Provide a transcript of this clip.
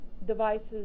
devices